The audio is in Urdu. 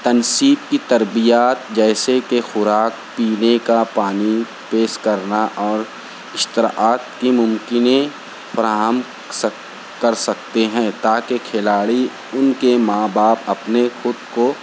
تنسیب کی تربیات جیسے کہ خوراک پینے کا پانی پیش کرنا اور اشتراک کی ممکن فراہم سک کر سکتے ہیں تا کہ کھلاڑی ان کے ماں باپ اپنے خود کو